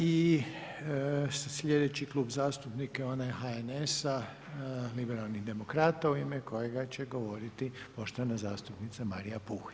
I sljedeći Klub zastupnika je onaj HNS-a Liberanih demokrata u ime kojega će govoriti poštovana zastupnica Marija Puh.